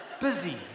busy